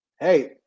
Hey